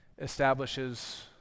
establishes